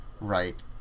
right